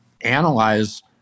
analyze